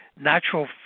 natural